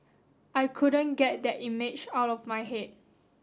I couldn't get that image out of my head